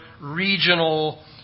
regional